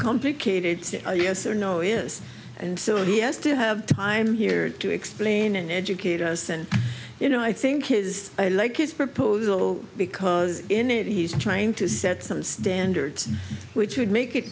complicated yes or no is and so he has to have time here to explain and educate us and you know i think his i like his proposal because in it he's trying to set some standards which would make it